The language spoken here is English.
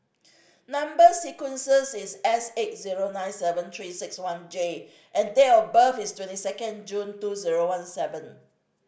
number sequences is S eight zero nine seven Three Six One J and date of birth is twenty second June two zero one seven